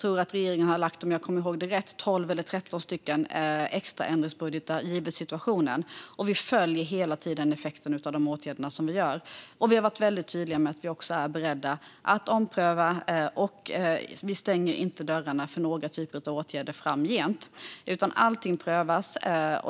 Om jag kommer ihåg rätt har regeringen lagt fram tolv eller tretton extra ändringsbudgetar givet situationen, och vi följer hela tiden effekten av de åtgärder som vi gör. Vi har varit väldigt tydliga med att vi också är beredda att ompröva. Vi stänger inte dörren för några typer av åtgärder framgent, utan allt prövas.